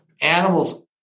animals